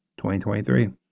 2023